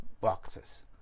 boxes